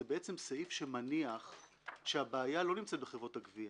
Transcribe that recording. זה בעצם סעיף שמניח שהבעיה לא נמצאת בחברות הגבייה,